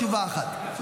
תשובה אחת,